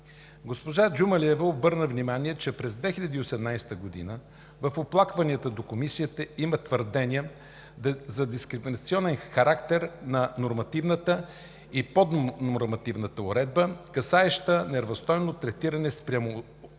Госпожа Джумалиева обърна внимание, че през 2018 г. в оплакванията до Комисията има твърдения за дискриминационен характер на нормативната и поднормативната уредба, касаеща неравностойно третиране спрямо